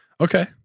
Okay